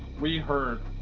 we heard.